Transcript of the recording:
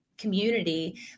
community